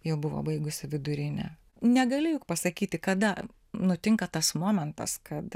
jau buvo baigusi vidurinę negali juk pasakyti kada nutinka tas momentas kad